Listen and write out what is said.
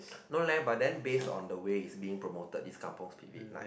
no leh but then base on the way its being promoted is Kampung spirit like